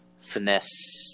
finesse